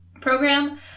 program